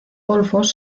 golfos